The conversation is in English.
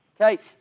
Okay